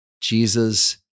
Jesus